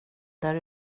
där